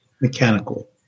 mechanical